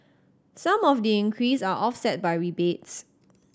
some of the increase are offset by rebates